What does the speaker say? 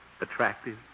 attractive